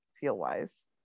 feel-wise